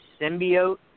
symbiote